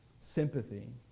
sympathy